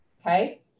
okay